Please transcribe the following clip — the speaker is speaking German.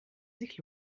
sich